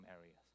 areas